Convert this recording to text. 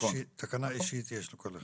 תקנה אישית יש לכל אחד.